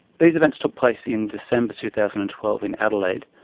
these events took place in december two thousand and twelve in adelaide.